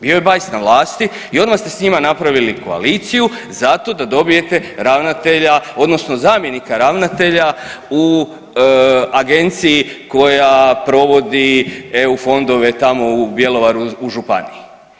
Bio je Bajs na vlasti i odmah ste s njima napravili koaliciju zato da dobijete ravnatelja, odnosno zamjenika ravnatelja u agenciji koja provodi EU fondove tamo u Bjelovaru u županiji.